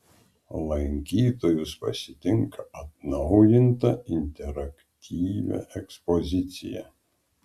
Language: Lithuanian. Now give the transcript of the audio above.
lankytojus pasitinka atnaujinta interaktyvia ekspozicija